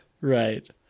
right